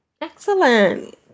Excellent